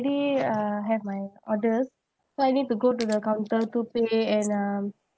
already uh have my orders so I need to go to the counter to pay and uh